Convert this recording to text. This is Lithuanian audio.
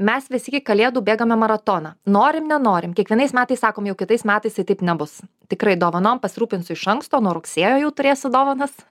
mes visi iki kalėdų bėgame maratoną norim nenorim kiekvienais metais sakom jau kitais metais tai taip nebus tikrai dovanom pasirūpinsiu iš anksto nuo rugsėjo jau turėsiu dovanas